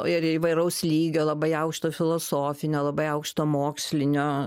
ir įvairaus lygio labai aukšto filosofinio labai aukšto mokslinio